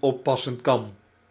uoppassen kan